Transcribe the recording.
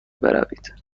بروید